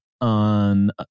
on